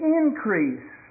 increase